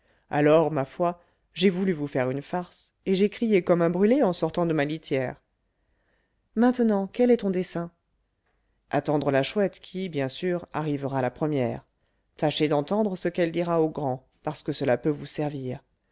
alors ma foi j'ai voulu vous faire une farce et j'ai crié comme un brûlé en sortant de ma litière maintenant quel est ton dessein attendre la chouette qui bien sûr arrivera la première tâcher d'entendre ce qu'elle dira au grand parce que cela peut vous servir